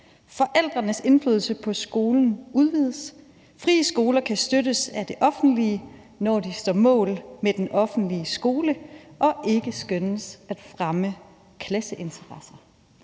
Forældrenes Indflydelse paa skolen udvides. Frie Skoler kunne støttes af det offentlige, naar de staa Maal med den offentlige Skole og ikke skønnes at fremme Klasse-interesser.«